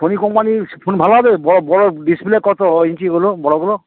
Sony company's phone ভালো হবে ব বড়ো ডিসপ্লে কতো ইঞ্চিগুলো বড়োগুলো